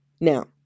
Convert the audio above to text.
Now